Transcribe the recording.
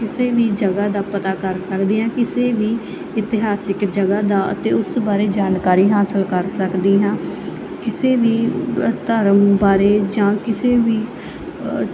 ਕਿਸੇ ਵੀ ਜਗ੍ਹਾ ਦਾ ਪਤਾ ਕਰ ਸਕਦੀ ਆਂ ਕਿਸੇ ਵੀ ਇਤਿਹਾਸਿਕ ਜਗ੍ਹਾ ਦਾ ਅਤੇ ਉਸ ਬਾਰੇ ਜਾਣਕਾਰੀ ਹਾਸਿਲ ਕਰ ਸਕਦੀ ਹਾਂ ਕਿਸੇ ਵੀ ਧਰਮ ਬਾਰੇ ਜਾਂ ਕਿਸੇ ਵੀ